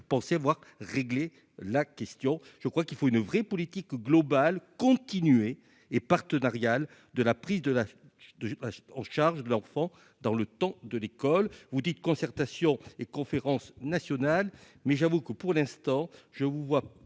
pour penser voir régler la question, je crois qu'il faut une vraie politique globale continuer et partenariale de la prise de la en charge de l'enfant dans le temps de l'école, vous dites : concertation et conférence nationale mais j'avoue que pour l'instant, je vous vois peu